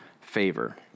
favor